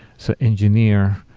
so engineer,